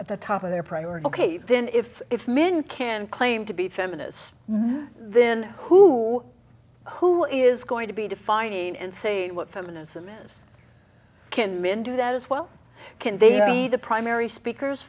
at the top of their priority case then if if men can claim to be feminists then who who is going to be defining and say what feminism is can men do that as well can they be the primary speakers